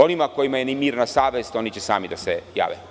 Onima kojima je nemirna savest, oni će sami da se jave.